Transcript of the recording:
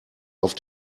auf